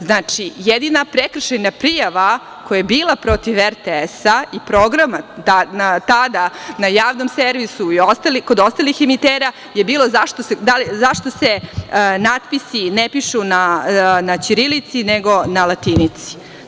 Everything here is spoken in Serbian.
Znači, jedina prekršajna prijava koja je bila protiv RTS i programa tada na javnom servisu i kod ostalih emitera je bila zašto se natpisi ne pišu na ćirilici, nego na latinici.